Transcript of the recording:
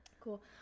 cool